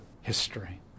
history